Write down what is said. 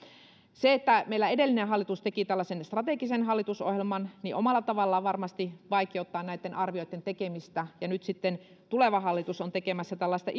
se että meillä edellinen hallitus teki tällaisen strategisen hallitusohjelman omalla tavallaan varmasti vaikeuttaa näitten arvioitten tekemistä ja nyt sitten tuleva hallitus on tekemässä tällaista